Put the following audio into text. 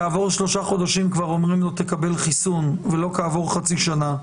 כעבור שלושה חודשים אומרים לו לקבל חיסון ולא כעבור חצי שנה.